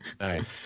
Nice